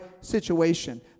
situation